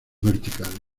verticales